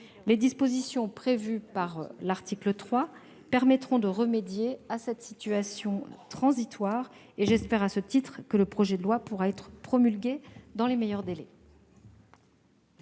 Les dispositions prévues par l'article 3 permettront de remédier à cette situation transitoire et j'espère, à cet égard, que ce projet de loi pourra être promulgué dans les meilleurs délais.